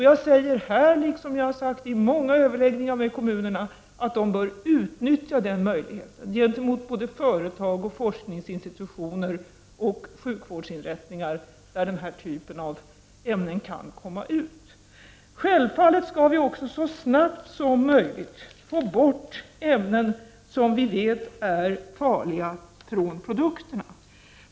Jag säger här, liksom jag har sagt vid många överläggningar med kommunerna, att kommunerna bör utnyttja denna möjlighet gentemot både företag, forskningsinstitutioner och sjukvårdsinrättningar, där den här typen av ämnen kan komma ut. Självfallet skall vi så snabbt som möjligt få bort ämnen som vi vet är farliga från produkterna.